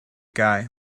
guy